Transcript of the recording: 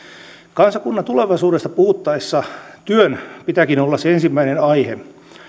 kansakunnan tulevaisuudesta puhuttaessa työn pitääkin olla se ensimmäinen aihe